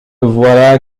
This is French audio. voilà